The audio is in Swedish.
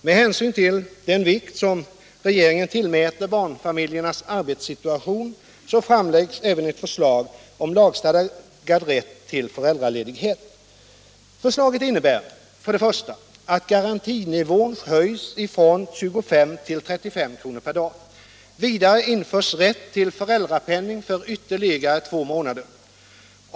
Med hänsyn till den vikt regeringen tillmäter barnfamiljernas arbetssituation framläggs även ett förslag om lagstadgad rätt till föräldraledighet. Förslaget innebär först och främst att garantinivån höjs från 25 till 32 kr. per dag. Vidare införs rätt till föräldrapenning för ytterligare två månader.